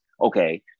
okay